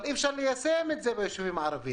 אבל אי אפשר ליישם את זה ביישובים הערביים.